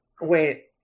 wait